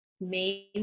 main